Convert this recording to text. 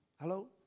Hello